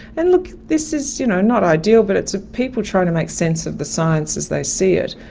and look, this is you know not ideal but it's ah people trying to make sense of the science as they see it.